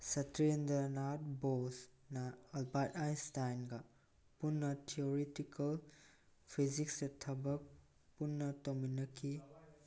ꯁꯇ꯭ꯔꯦꯟꯗ꯭ꯔ ꯅꯥꯠ ꯕꯣꯜꯁꯅ ꯑꯜꯕꯥꯔꯠ ꯑꯦꯟꯁꯇꯥꯏꯟꯒ ꯄꯨꯟꯅ ꯊꯤꯑꯣꯔꯤꯇꯤꯇꯦꯜ ꯐꯤꯖꯤꯛꯁꯁꯦ ꯊꯕꯛ ꯄꯨꯟꯅ ꯇꯧꯃꯤꯟꯅꯈꯤ